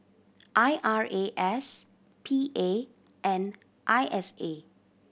I R A S P A and I S A